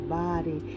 body